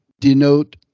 denote